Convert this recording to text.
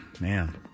Man